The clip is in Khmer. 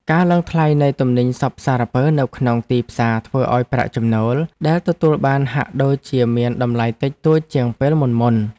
ការឡើងថ្លៃនៃទំនិញសព្វសារពើនៅក្នុងទីផ្សារធ្វើឱ្យប្រាក់ចំណូលដែលទទួលបានហាក់ដូចជាមានតម្លៃតិចតួចជាងពេលមុនៗ។